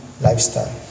lifestyle